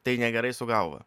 tai negerai su galva